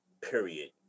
Period